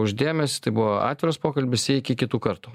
už dėmesį tai buvo atviras pokalbis iki kitų kartų